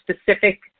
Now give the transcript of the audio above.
specific